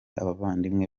abavandimwe